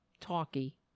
talky